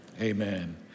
Amen